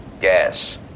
Gas